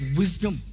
wisdom